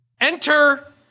Enter